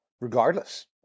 regardless